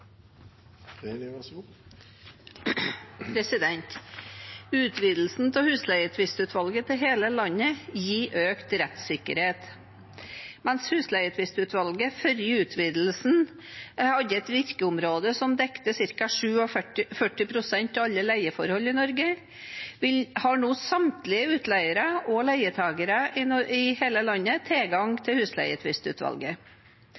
Utvidelsen av Husleietvistutvalget til hele landet gir økt rettssikkerhet. Mens Husleietvistutvalget før utvidelsen hadde et virkeområde som dekket ca. 47 pst. av alle leieforhold i Norge, har nå samtlige utleiere og leietakere i hele landet tilgang